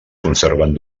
conserven